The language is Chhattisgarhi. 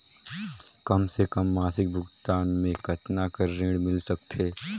कम से कम मासिक भुगतान मे कतना कर ऋण मिल सकथे?